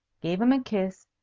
gave him a kiss,